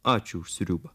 ačiū už sriubą